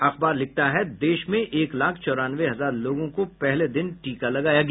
अखबार लिखता है देश में एक लाख चौरानवे हजार लोगों को पहले दिन टीका लगाया गया